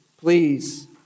please